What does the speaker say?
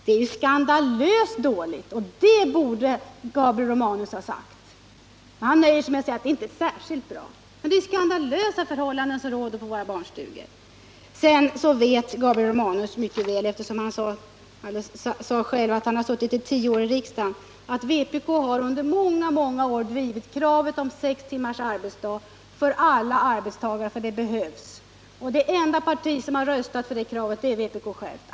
Det är skandalöst dåligt, och det borde Gabriel Romanus ha sagt, men han nöjer sig med att säga att det inte är särskilt bra. Det är skandalösa förhållanden som råder på våra barnstugor. Sedan vet Gabriel Romanus mycket väl, eftersom han — som han själv sade — Suttit i tio år i riksdagen, att vpk under många år har drivit kravet på sex timmars arbetsdag för alla arbetstagare, därför att det behövs. Det enda parti som har röstat för det kravet är vpk självt.